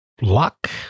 luck